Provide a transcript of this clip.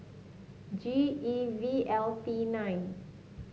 G E V L T nine